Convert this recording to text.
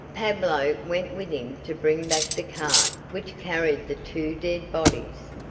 pablo went with him to bring back the cart which carried the two dead bodies.